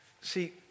See